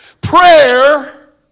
Prayer